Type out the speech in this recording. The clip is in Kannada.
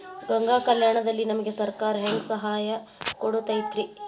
ಗಂಗಾ ಕಲ್ಯಾಣ ದಲ್ಲಿ ನಮಗೆ ಸರಕಾರ ಹೆಂಗ್ ಸಹಾಯ ಕೊಡುತೈತ್ರಿ?